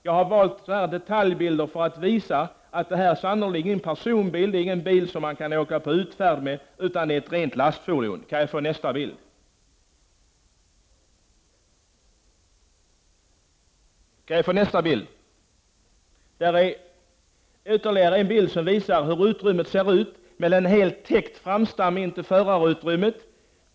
Jag har valt detaljbilder för att visa att det inte är fråga om en personbil. Det är ingen bil som man gör utfärder med. Det är fråga om ett typiskt lastfordon. Bild nr 2 visar hur utrymmet ser ut. Det är en helt täckt framstam intill förarutrymmet.